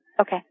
Okay